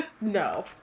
No